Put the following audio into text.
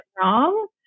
wrong